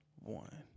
One